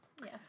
Yes